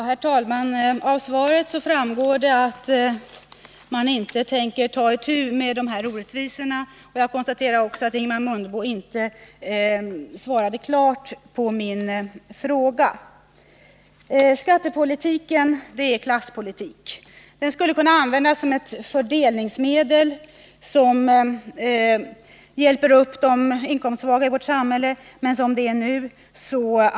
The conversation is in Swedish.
Herr talman! Av svaret framgår att regeringen inte tänker ta itu med 17 december 1979 = orättvisorna i skattesystemet. Jag konstaterar också att Ingemar Mundebo inte svarade klart på min fråga. Skattepolitiken är en klasspolitik. Den skulle kunna användas som ett fördelningsmedel som hjälper upp de inkomstsvaga i vårt samhälle. Men som det är nu.